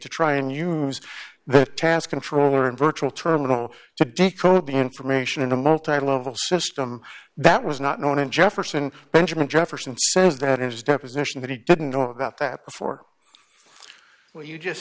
to try and use the task controller in virtual terminal to decode the information in a multi level system that was not known in jefferson benjamin jefferson says that in his deposition that he didn't know about that before you just